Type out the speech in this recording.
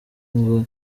ngo